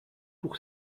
pour